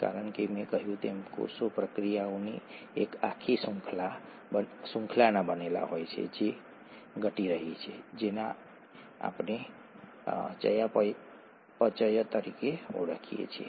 આધારો અમે કહ્યું કે તેમાં ખાંડ આધાર અને ફોસ્ફેટ જૂથ છે આધાર પાંચ પ્રકારના છે